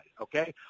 okay